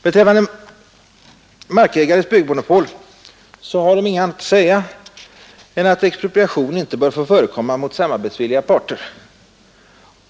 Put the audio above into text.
Beträffande markägares byggmonopol har de inte annat att säga än att expropriation inte bör få förekomma mot ”samarbetsvilliga parter”.